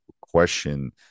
question